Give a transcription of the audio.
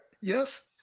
Yes